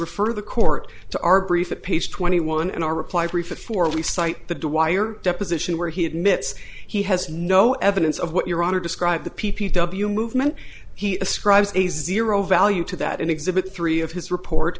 refer the court to our brief at page twenty one and our reply brief at four we cite the de wire deposition where he admits he has no evidence of what your honor described the p p w movement he ascribes a zero value to that and exhibit three of his report